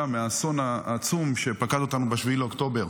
מהאסון העצום שפקד אותנו ב-7 באוקטובר.